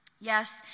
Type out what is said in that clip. Yes